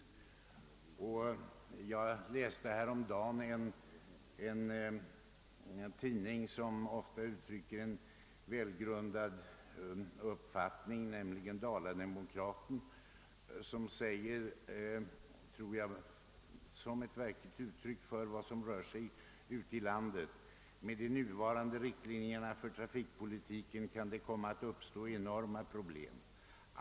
Jag läste häromdagen i en tidning som ofta uttrycker en välgrundad uppfattning, nämligen Dala-Demokraten, några ord som, tror jag, verkligen uttrycker vad som rör sig ute i landet. »Med de nuvarande riktlinjerna för trafikpolitiken kan det komma att uppstå enorma problem.